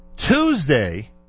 Tuesday